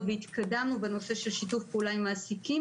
והתקדמנו בנושא של שיתוף פעולה עם מעסיקים,